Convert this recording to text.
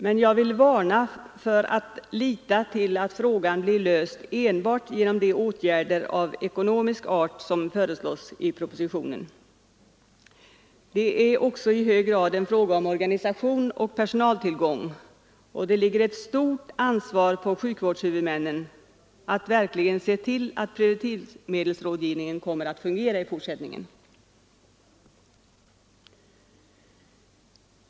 Men jag vill varna för att lita till att frågan blir löst enbart genom de åtgärder av ekonomisk art som föreslås i propositionen. Det är också i hög grad en fråga om organisation och personaltillgång, och det ligger ett stort ansvar på sjukvårdshuvudmännen att verkligen se till att preventivmedelsrådgivningen kommer att fungera i fortsättningen.